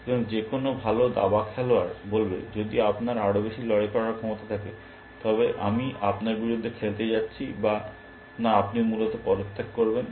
এবং তারপরে যে কোনও ভাল দাবা খেলোয়াড় বলবে যদি আপনার আরও বেশি লড়াই করার ক্ষমতা থাকে তবে আমি আপনার বিরুদ্ধে খেলতে যাচ্ছি না বা আপনি মূলত পদত্যাগ করবেন